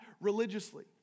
religiously